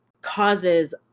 causes